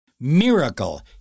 miracle